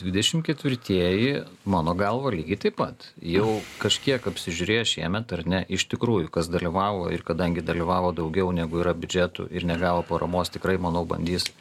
dvidešimt ketvirtieji mano galva lygiai taip pat jau kažkiek apsižiūrėję šiemet ar ne iš tikrųjų kas dalyvavo ir kadangi dalyvavo daugiau negu yra biudžetų ir negavo paramos tikrai manau bandys